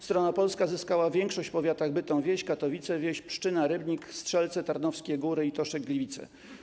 Strona polska zyskała większość w powiatach Bytom-wieś, Katowice-wieś, Pszczyna, Rybnik, Strzelce, Tarnowskie Góry i Toszek-Gliwice.